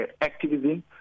activism